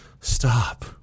stop